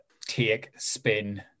take-spin